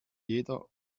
jeder